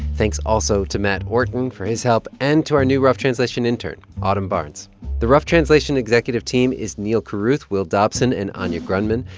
thanks also to matt orton for his help, and to our new rough translation intern, autumn barnes the rough translation executive team is neal carruth will dobson and anya grundmann.